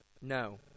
No